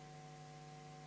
Hvala.